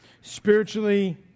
Spiritually